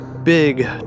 big